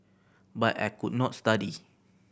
but I could not study